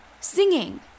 Singing